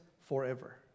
forever